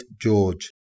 George